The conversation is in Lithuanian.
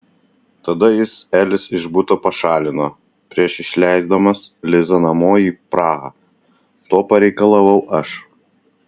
tada jis elis iš buto pašalino prieš išleisdamas lizą namo į prahą to pareikalavau aš